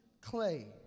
clay